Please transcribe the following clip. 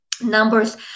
numbers